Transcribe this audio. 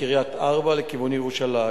מקריית-ארבע לכיוון ירושלים.